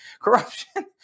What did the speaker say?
Corruption